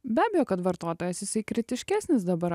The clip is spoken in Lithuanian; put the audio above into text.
be abejo kad vartotojas jisai kritiškesnis dabar